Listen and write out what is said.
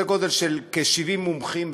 סדר גודל של כ-70 מומחים,